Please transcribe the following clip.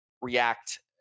React